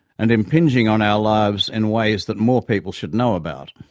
and impinging on our lives in ways that more people should know about.